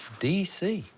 dc.